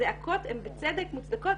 הזעקות הן בצדק והן מוצדקות.